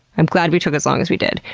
i'm glad we took as long as we did.